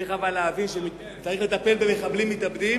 אבל צריך להבין שבמחבלים מתאבדים